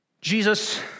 Jesus